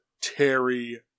Terry